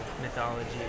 mythology